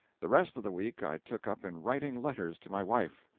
the rest of the week i took up in writing letters to my wife.